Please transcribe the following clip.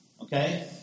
Okay